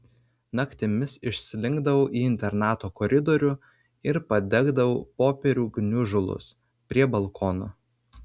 naktimis išslinkdavau į internato koridorių ir padegdavau popierių gniužulus prie balkono